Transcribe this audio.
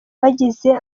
bagize